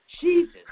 Jesus